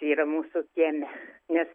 yra mūsų kieme nes